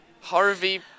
Harvey